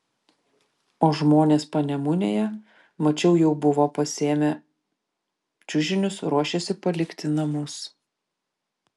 o žmonės panemunėje mačiau jau buvo pasiėmę čiužinius ruošėsi palikti namus